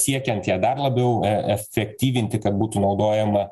siekiant ją dar labiau efektyvinti kad būtų naudojama